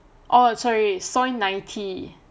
oh sorry soi ninety